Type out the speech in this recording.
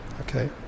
okay